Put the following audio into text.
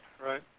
right